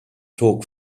talk